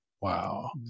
Wow